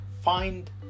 find